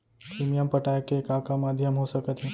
Premium पटाय के का का माधयम हो सकत हे?